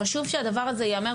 חשוב שהדבר הזה ייאמר,